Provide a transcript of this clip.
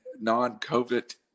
non-COVID